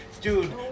dude